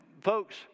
folks